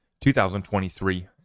2023